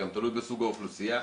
גם תלוי בסוג האוכלוסייה,